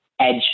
edge